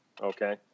Okay